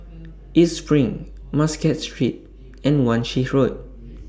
East SPRING Muscat Street and Wan Shih Road